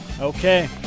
okay